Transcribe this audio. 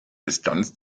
distanz